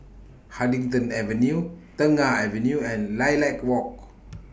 Huddington Avenue Tengah Avenue and Lilac Walk